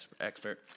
expert